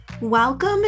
welcome